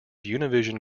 univision